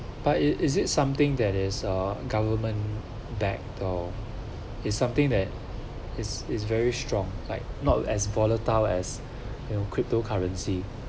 but it is it something that is uh government back or it's something that is is very strong like not as volatile as you know cryptocurrency